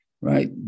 Right